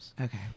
Okay